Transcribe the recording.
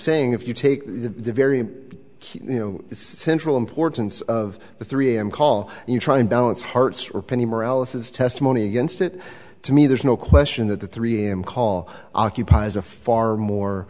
saying if you take the very you know central importance of the three am call and you try and balance hearts rippin you mirelle it is testimony against it to me there's no question that the three am call occupies a far more